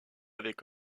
avec